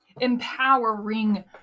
empowering